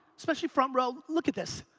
especially front row. look at this.